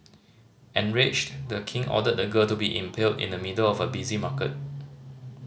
enraged The King ordered the girl to be impaled in the middle of a busy market